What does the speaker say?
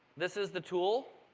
this is the tool.